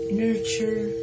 nurture